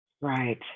Right